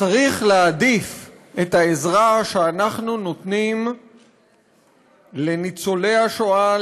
צריך להעדיף את העזרה שאנחנו נותנים לניצולי השואה,